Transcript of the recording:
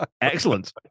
Excellent